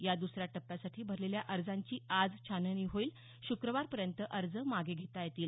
या दुसऱ्या टप्प्यासाठी भरलेल्या अर्जांची आज छाननी होईल श्क्रवार पर्यंत अर्ज मागे घेता येतील